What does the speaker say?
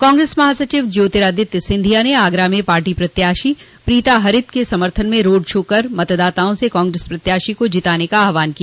कांग्रेस महासचिव ज्योतिरादित्य सिंधिया ने आगरा में पार्टी प्रत्याशी प्रीता हरित के समर्थन में रोड शो कर मतदाताओं से कांग्रेस प्रत्याशी को जिताने का आहवान किया